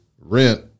rent